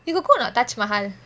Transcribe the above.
you got go or not taj mahal